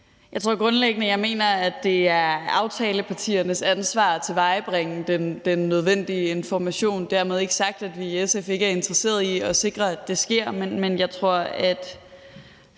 Jeg mener grundlæggende, at det er aftalepartiernes ansvar at tilvejebringe den nødvendige information. Dermed ikke sagt, at vi i SF ikke er interesseret i at sikre, at det sker, men for os